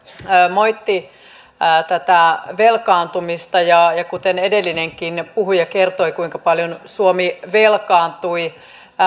moitti tätä velkaantumista ja ja edellinenkin puhuja kertoi kuinka paljon suomi velkaantui